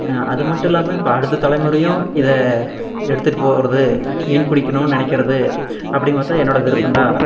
அது மட்டும் இல்லாமல் இப்போ அடுத்த தலைமுறையும் இதை எடுத்துகிட்டு போகுறது மீன் பிடிக்குணுன்னு நினைக்கிறது அப்படின்னு பார்த்தா என்னோட விருப்பம் தான்